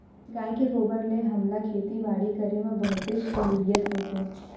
गाय के गोबर ले हमला खेती बाड़ी करे म बहुतेच सहूलियत होथे